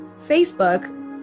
Facebook